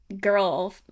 girl